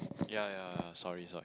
yeah yeah yeah sorry sorry